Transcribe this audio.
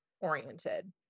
oriented